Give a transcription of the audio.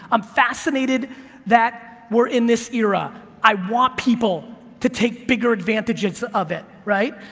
i'm fascinated that we're in this era. i want people to take bigger advantages of it, right?